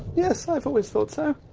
yes, i've always thought so.